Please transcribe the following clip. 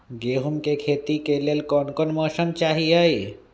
गेंहू के खेती के लेल कोन मौसम चाही अई?